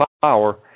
power